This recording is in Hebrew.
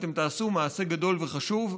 אתם תעשו מעשה גדול וחשוב,